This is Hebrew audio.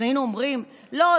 אז היינו אומרים: לא,